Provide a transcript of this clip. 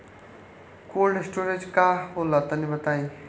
Cold storage का होला तनि बताई?